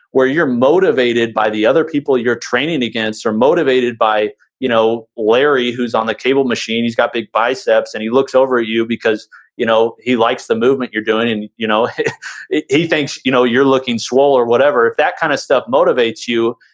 where you're motivated by the other people you're training against or motivated by you know larry who's on the cable machine, he's got big biceps and he looks over you because you know he likes the movement you're doing and you know he thinks you know you're looking swell or whatever. if that kinda kind of stuff motivates you,